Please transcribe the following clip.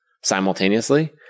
simultaneously –